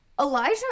Elijah